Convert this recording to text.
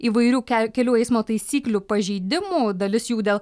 įvairių ke kelių eismo taisyklių pažeidimų dalis jų dėl